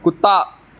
कुत्ता